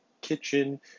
kitchen